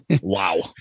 Wow